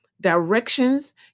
directions